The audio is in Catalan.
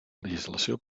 legislació